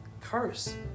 curse